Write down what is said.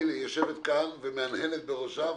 היא מהנהנת בראשה.